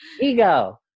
ego